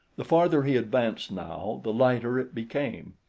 the farther he advanced now, the lighter it became.